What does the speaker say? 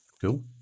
Cool